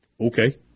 Okay